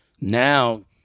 Now